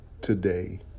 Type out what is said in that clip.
today